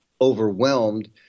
overwhelmed